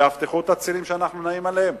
תאבטחו את הצירים שאנחנו נעים עליהם.